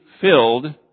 filled